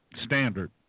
standard